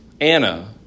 Anna